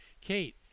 Kate